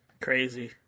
Crazy